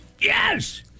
yes